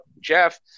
Jeff –